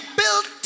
built